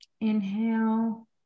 inhale